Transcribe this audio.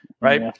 right